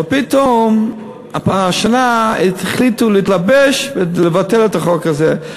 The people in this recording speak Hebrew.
אבל פתאום השנה החליטו להתלבש, לבטל את החוק הזה.